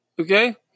okay